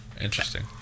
interesting